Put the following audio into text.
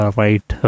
right